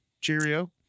Cheerio